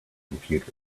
computer